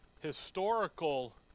historical